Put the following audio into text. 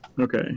Okay